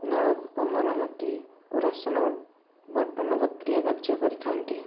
ନଳକୂପ ମରାମତି ଓ ରାସନ ବଣ୍ଟନ ପକ୍ରିୟା କାର୍ଯ୍ୟ କରିଥାନ୍ତି